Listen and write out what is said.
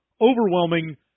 overwhelming